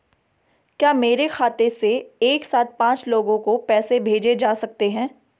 क्या मेरे खाते से एक साथ पांच लोगों को पैसे भेजे जा सकते हैं?